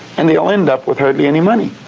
and they'll end up with hardly any money.